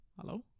hello